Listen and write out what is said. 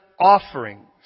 offerings